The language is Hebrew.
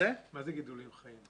גידולים חיים?